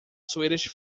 swedish